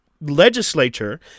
Legislature